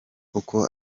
uko